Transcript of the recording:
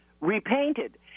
repainted